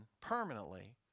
permanently